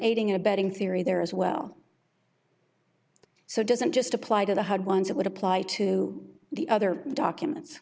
aiding and abetting theory there as well so it doesn't just apply to the hud ones it would apply to the other documents